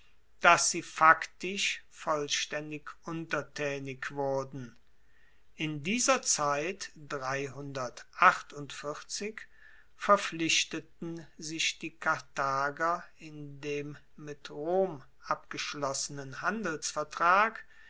dass sie faktisch vollstaendig untertaenig wurden in dieser zeit verpflichteten sich die karthager in dem mit rom abgeschlossenen handelsvertrag